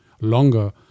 longer